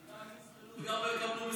הם גם יזחלו וגם לא יקבלו תיקים?